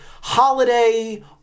holiday